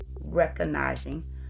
recognizing